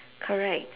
correct